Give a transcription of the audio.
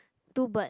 two bird